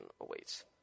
awaits